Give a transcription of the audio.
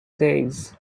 days